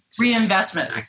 Reinvestment